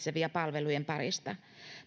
tarvitsevia pois palvelujen parista